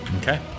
Okay